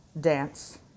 dance